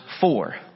four